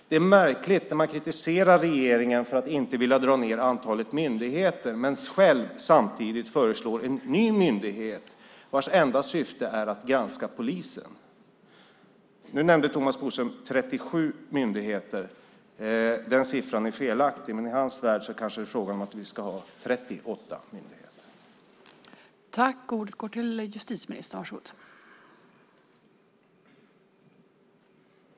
Det är märkligt när man kritiserar regeringen för att inte vilja dra ned antalet myndigheter men själv samtidigt föreslår en ny myndighet vars enda syfte är att granska polisen. Nu nämnde Thomas Bodström 37 myndigheter. Den siffran är felaktig, men i hans värld är det kanske fråga om att vi ska ha 38 myndigheter.